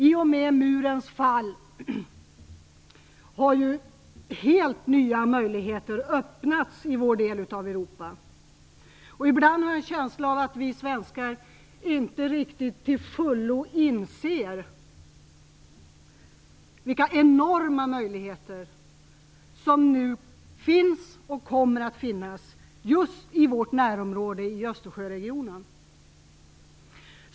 I och med murens fall har ju helt nya möjligheter öppnats i vår del av Europa. Ibland har jag en känsla av att vi svenskar inte riktigt till fullo inser vilka enorma möjligheter som nu finns och kommer att finnas just i vårt närområde i Östersjöregionen.